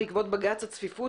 בעקבות בג"צ הצפיפות,